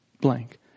blank